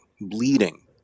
bleeding